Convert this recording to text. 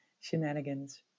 shenanigans